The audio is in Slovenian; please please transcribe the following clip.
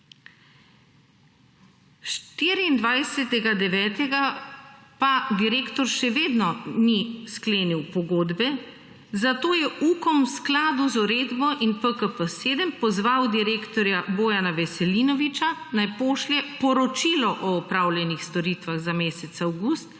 24. 9. Pa direktor še vedno ni sklenil pogodbe, zato je Ukom v skladu z uredbo in PKP7 pozval direktorja Bojana Veselinoviča, naj pošlje poročilo o opravljenih storitvah za mesec avgust,